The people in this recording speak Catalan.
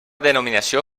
denominació